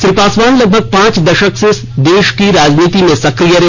श्री पासवान लगभग पांच द ाक से दे ा की राजनीति में सक्रिय रहे